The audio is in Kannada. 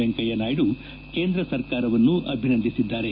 ವೆಂಕಯ್ಲನಾಯ್ಲ ಕೇಂದ್ರ ಸರ್ಕಾರವನ್ನು ಅಭಿನಂದಿಸಿದ್ದಾರೆ